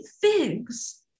figs